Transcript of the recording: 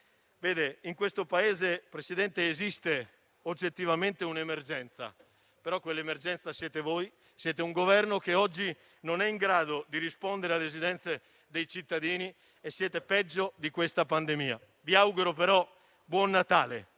in questo Paese esiste oggettivamente un'emergenza. Però quell'emergenza siete voi, siete un Governo che oggi non è in grado di rispondere alle esigenze dei cittadini e siete peggio di questa pandemia. Vi auguro, però, buon Natale.